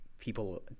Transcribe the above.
people